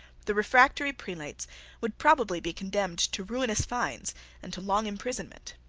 the refractory prelates would probably be condemned to ruinous fines and to long imprisonment,